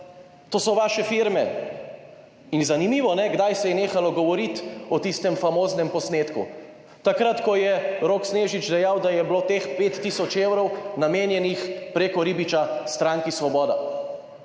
to so vaše firme. In zanimivo, kdaj se je nehalo govoriti o tistem famoznem posnetku? Takrat, ko je Rok Snežič dejal, da je bilo teh 5 tisoč evrov namenjenih preko Ribiča Stranki Svoboda